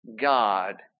God